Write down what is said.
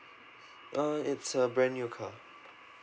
uh it's a brand new car